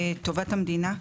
ואת טובת המדינה.